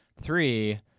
three